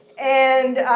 and